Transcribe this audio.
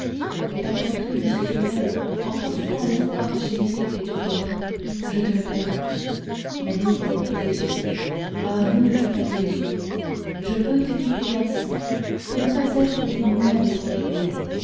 que ta poitrine se soulève en poursuivant l'espoir chimérique du bonheur je te le permets mais n'ouvre pas tes yeux ah n'ouvre pas tes yeux je veux te quitter ainsi pour ne pas être témoin de ton réveil